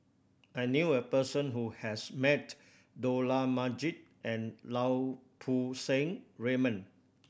I knew a person who has met Dollah Majid and Lau Poo Seng Raymond